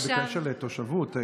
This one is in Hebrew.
בקשר לתושבוּת,